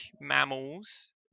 mammals